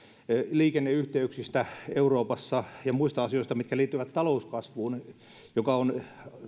liikenneyhteyksistä euroopassa ja muista asioista mitkä liittyvät talouskasvuun joka on